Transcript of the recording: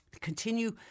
Continue